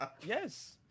Yes